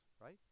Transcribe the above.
right